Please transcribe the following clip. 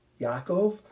Yaakov